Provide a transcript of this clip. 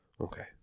Okay